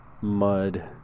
mud